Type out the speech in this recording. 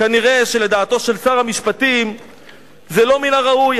כנראה לדעתו של שר המשפטים זה לא מן הראוי.